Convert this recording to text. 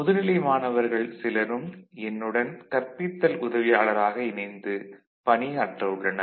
முதுநிலை மாணவர்கள் சிலரும் என்னுடன் கற்பித்தல் உதவியாளராக இணைந்து பணியாற்ற உள்ளனர்